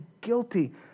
guilty